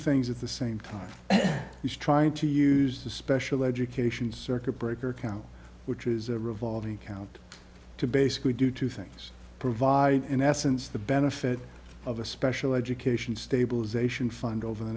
things at the same time he's trying to use the special education circuit breaker account which is a revolving count to basically do two things provide in essence the benefit of a special education stabilization fund over the